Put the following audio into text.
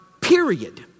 period